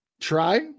try